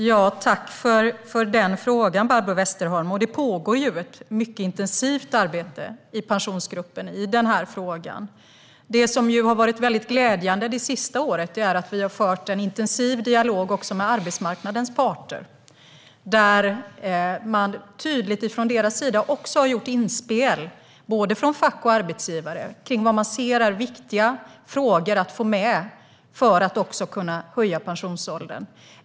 Herr talman! Jag tackar Barbro Westerholm så mycket för frågan. Det pågår ett mycket intensivt arbete med denna fråga i Pensionsgruppen. Det som har varit väldigt glädjande under det senaste året är att vi har fört en intensiv dialog också med arbetsmarknadens parter. Man har från deras sida, både från fack och från arbetsgivare, gjort tydliga inspel kring vad man ser som viktiga frågor att få med för att vi ska kunna höja pensionsåldern.